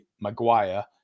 Maguire